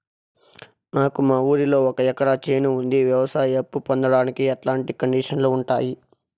నాకు మా ఊరిలో ఒక ఎకరా చేను ఉంది, వ్యవసాయ అప్ఫు పొందడానికి ఎట్లాంటి కండిషన్లు ఉంటాయి?